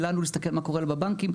לנו להסתכל מה קורה לו בבנקים,